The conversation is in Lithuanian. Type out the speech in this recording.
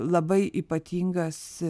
labai ypatingas